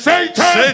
Satan